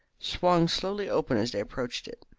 swung slowly open as they approached it.